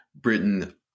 Britain